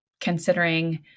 considering